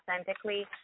authentically